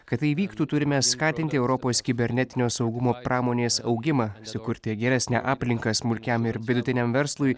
kad tai įvyktų turime skatinti europos kibernetinio saugumo pramonės augimą sukurti geresnę aplinką smulkiam ir vidutiniam verslui